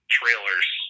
trailers